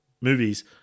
movies